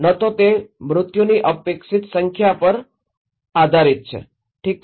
ન તો તે મૃત્યુની અપેક્ષિત સંખ્યા પર છે ઠીક છે